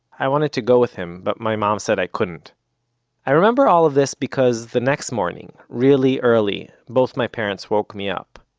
i wanted to go with him, but my mom said i couldn't i remember all of this because the next morning, really early, both of my parents woke me up.